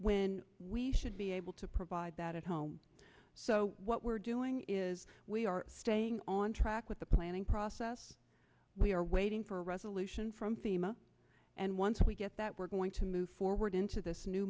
when we should be able to provide that at home so what we're doing is we are staying on track with the planning process we are waiting for a resolution from thema and once we get that we're going to move forward into this new